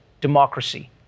democracy